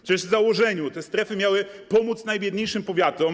Przecież w założeniu te strefy miały pomóc najbiedniejszym powiatom.